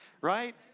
right